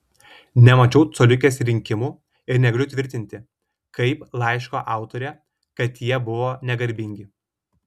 nemačiau coliukės rinkimų ir negaliu tvirtinti kaip laiško autorė kad jie buvo negarbingi